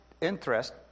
interest